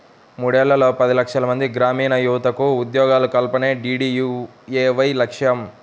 మూడేళ్లలో పది లక్షలమంది గ్రామీణయువతకు ఉద్యోగాల కల్పనే డీడీయూఏవై లక్ష్యం